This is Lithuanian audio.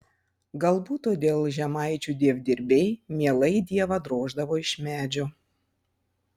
galbūt todėl žemaičių dievdirbiai mielai dievą droždavo iš medžio